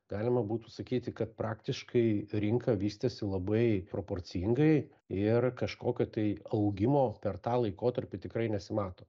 galima būtų sakyti kad praktiškai rinka vystėsi labai proporcingai ir kažkokio tai augimo per tą laikotarpį tikrai nesimato